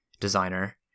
designer